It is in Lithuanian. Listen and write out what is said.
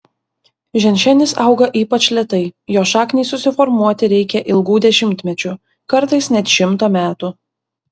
ženšenis auga ypač lėtai jo šakniai susiformuoti reikia ilgų dešimtmečių kartais net šimto metų